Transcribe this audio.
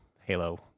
Halo